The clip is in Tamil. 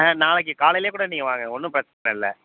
ஆ நாளைக்கு காலையிலேக் கூட நீங்கள் வாங்க ஒன்றும் பிரச்சின இல்லை